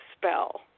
spell